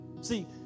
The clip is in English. See